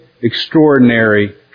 extraordinary